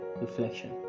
Reflection